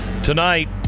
Tonight